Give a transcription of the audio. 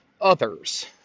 others